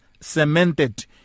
cemented